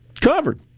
Covered